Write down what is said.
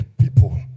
people